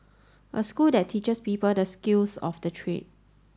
a school that teaches people the skills of the trade